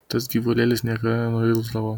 tas gyvulėlis niekada nenuilsdavo